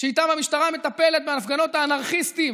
שאיתן המשטרה מטפלת בהפגנות האנרכיסטים